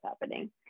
happening